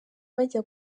bajya